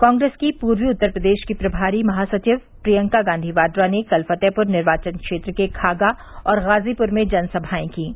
कांग्रेस की पूर्वी उत्तर प्रदेश की प्रभारी महासचिव प्रियंका गांधी वाड़ा ने कल फतेहपुर निर्वाचन क्षेत्र के खागा और गाजीपुर में जनसभाए कीं